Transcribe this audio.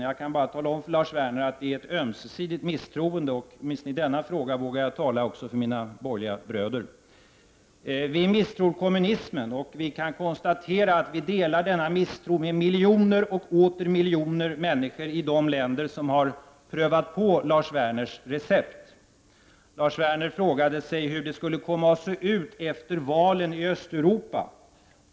Jag kan bara tala om för Lars Werner att det är ett ömsesidigt misstroende, och åtminstone i denna fråga vågar jag också tala för mina borgerliga bröder. Vi misstror kommunismen, och vi kan konstatera att vi delar denna misstro med miljoner och åter miljoner människor i de länder som har prövat på Lars Werners recept. Lars Werner frågade sig hur det skulle komma att se ut efter valen i Östeuropa.